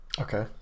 Okay